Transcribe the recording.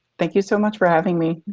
thank you so much for having me.